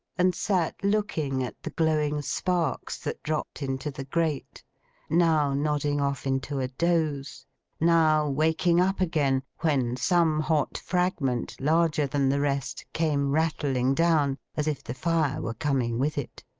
and sat looking at the glowing sparks that dropped into the grate now nodding off into a doze now waking up again when some hot fragment, larger than the rest, came rattling down, as if the fire were coming with it.